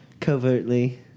covertly